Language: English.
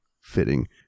fitting